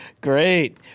Great